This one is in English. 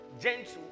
gentle